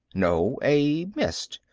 no, a mist,